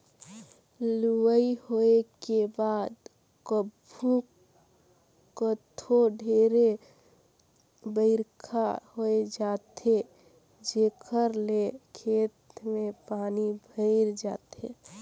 लुवई होए के बाद कभू कथों ढेरे बइरखा होए जाथे जेखर ले खेत में पानी भइर जाथे